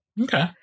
Okay